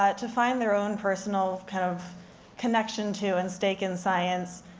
ah to find their own personal, kind of connection to, and stake in science,